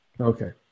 Okay